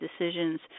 decisions